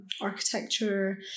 architecture